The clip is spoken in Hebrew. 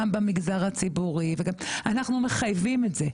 גם במגזר הציבורי וגם אנחנו מחייבים את זה.